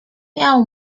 miał